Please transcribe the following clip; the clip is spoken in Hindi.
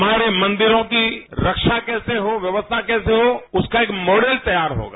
हमारे मदिरों की रक्षा कैसे हो व्यवस्था कैसे हो उसका एक मॉडल तैयार होगा